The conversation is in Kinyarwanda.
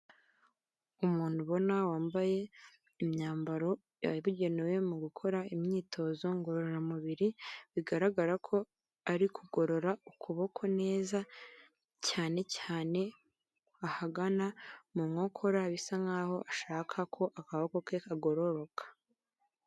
Umuntu ubona wambaye imyambaro yabugenewe mu gukora imyitozo ngororamubiri, bigaragara ko ari kugorora ukuboko neza, cyane cyane ahagana mu nkokora bisa nk'aho ashaka ko akaboko ke kagororoka.